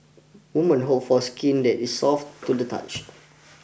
woman hope for skin that is soft to the touch